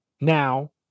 now